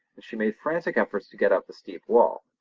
and she made frantic efforts to get up the steep wall.